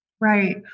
Right